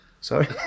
Sorry